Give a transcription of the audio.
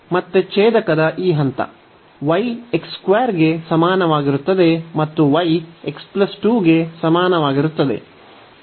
ಮತ್ತೆ ಛೇದಕದ ಈ ಹಂತ y ಗೆ ಸಮಾನವಾಗಿರುತ್ತದೆ ಮತ್ತು y x 2 ಗೆ ಸಮಾನವಾಗಿರುತ್ತದೆ